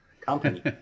company